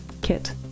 Kit